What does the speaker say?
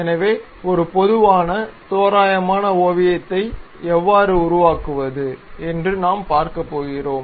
எனவே ஒரு பொதுவான தோராயமான ஓவியத்தை எவ்வாறு உருவாக்குவது என நாம் பார்க்கப் போகிறோம்